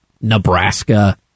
Nebraska